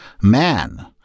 man